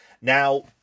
Now